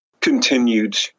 continued